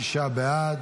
56 בעד,